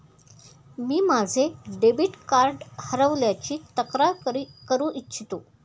मी माझे debit card हरवल्याची तक्रार करू इच्छितो